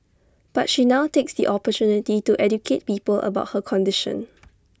but she now takes the opportunity to educate people about her condition